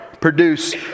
produce